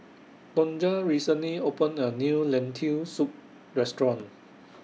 Tonja recently opened A New Lentil Soup Restaurant